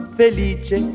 felice